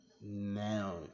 Now